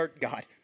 God